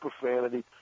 profanity